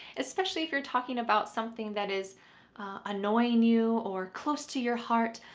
especially if you're talking about something that is annoying you or close to your heart.